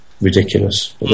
ridiculous